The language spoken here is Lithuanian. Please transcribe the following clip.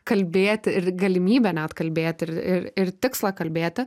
kalbėti ir galimybę net kalbėti ir ir tikslą kalbėti